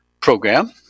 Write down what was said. program